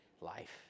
life